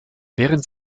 während